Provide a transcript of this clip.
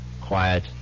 quiet